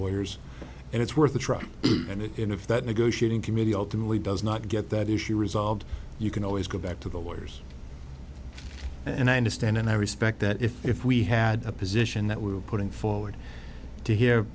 lawyers and it's worth a try and if that negotiating committee ultimately does not get that issue resolved you can always go back to the lawyers and i understand and i respect that if if we had a position that we were putting forward to he